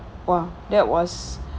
!wah! that was